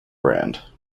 brand